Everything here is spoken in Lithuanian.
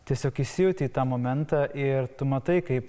tiesiog įsijauti į tą momentą ir tu matai kaip